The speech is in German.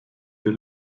der